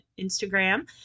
Instagram